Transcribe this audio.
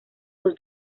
los